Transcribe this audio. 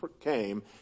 came